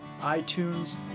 iTunes